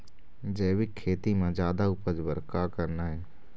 जैविक खेती म जादा उपज बर का करना ये?